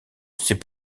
c’est